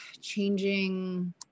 changing